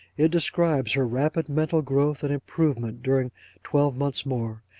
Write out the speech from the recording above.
it describes her rapid mental growth and improvement during twelve months more,